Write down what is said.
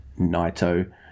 Naito